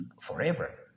forever